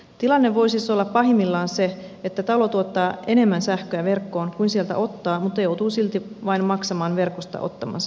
tilanne voi siis olla pahimmillaan se että talo tuottaa enemmän sähköä verkkoon kuin sieltä ottaa mutta joutuu silti vain maksamaan verkosta ottamansa sähkön